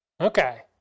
okay